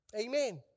Amen